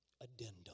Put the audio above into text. addendum